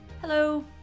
Hello